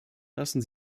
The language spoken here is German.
lassen